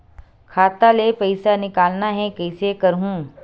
खाता ले पईसा निकालना हे, कइसे करहूं?